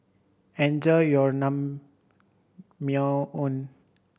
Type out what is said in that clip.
enjoy your Naengmyeon